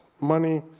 money